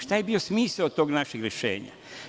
Šta je bio smisao tog našeg rešenja?